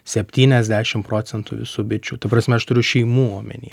septyniasdešim procentų visų bičių ta prasme aš turiu šeimų omeny